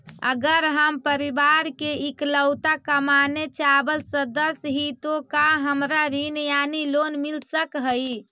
अगर हम परिवार के इकलौता कमाने चावल सदस्य ही तो का हमरा ऋण यानी लोन मिल सक हई?